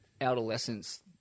adolescence